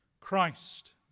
Christ